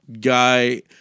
guy